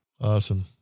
Awesome